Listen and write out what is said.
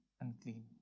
unclean